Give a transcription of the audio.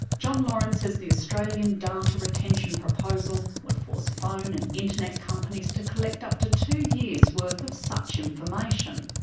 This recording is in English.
jon lawrence says the australian data retention proposal would force phone and internet companies to collect up to two years' worth of such information.